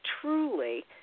truly